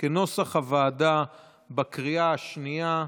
כנוסח הוועדה בקריאה השנייה.